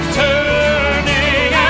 turning